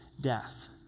death